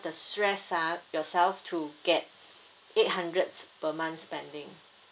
the stress ah yourself to get eight hundreds per month spending